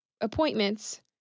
appointments